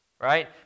right